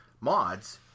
mods